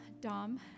Dom